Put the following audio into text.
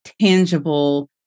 tangible